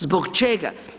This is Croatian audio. Zbog čega?